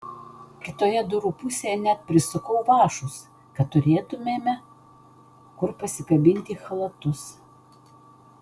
kitoje durų pusėje net prisukau vąšus kad turėtumėme kur pasikabinti chalatus